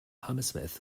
hammersmith